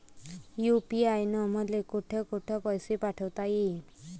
UPI न मले कोठ कोठ पैसे पाठवता येईन?